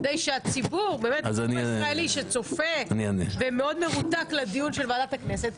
כדי שהציבור הישראלי שצופה ומאוד מרותק לדיון של וועדת הכנסת,